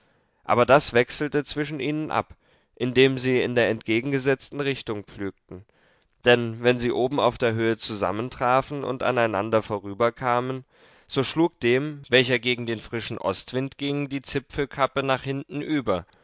aber das wechselte zwischen ihnen ab indem sie in der entgegengesetzten richtung pflügten denn wenn sie oben auf der höhe zusammentrafen und aneinander vorüberkamen so schlug dem welcher gegen den frischen ostwind ging die zipfelkappe nach hinten über